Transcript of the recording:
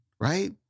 right